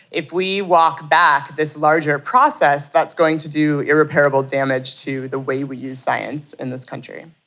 if we walk back this larger process, that's going to do irreparable damage to the way we use science in this country.